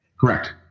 Correct